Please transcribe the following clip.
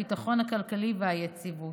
הביטחון הכלכלי והיציבות.